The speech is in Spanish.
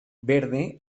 verde